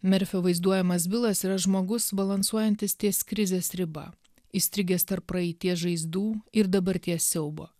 merfio vaizduojamas bilas yra žmogus balansuojantis ties krizės riba įstrigęs tarp praeities žaizdų ir dabarties siaubo